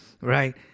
right